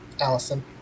Allison